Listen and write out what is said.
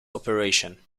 operation